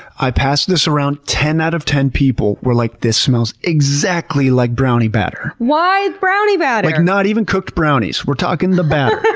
i passed this around, ten out of ten people were like, this smells exactly like brownie batter. why brownie batter! like not even cooked brownies. we're talking the batter.